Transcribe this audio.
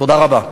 תודה רבה.